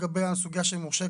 לגבי הסוגיה של מורשה,